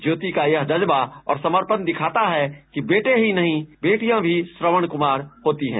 ज्योति का यह जज्या और समर्पण दिखाता है कि बेटे ही नहीं बेटियां भी श्रवण कुमार होती हैं